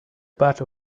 batch